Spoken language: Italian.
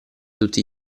tutti